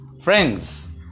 Friends